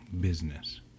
business